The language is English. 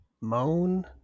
moan